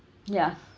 ya